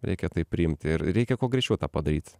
reikia tai priimti ir reikia kuo greičiau tą padaryt